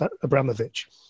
Abramovich